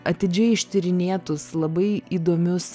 atidžiai ištyrinėtus labai įdomius